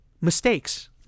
mistakes